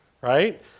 right